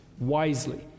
Wisely